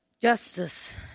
justice